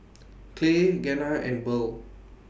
Clay Gena and Burl